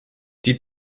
die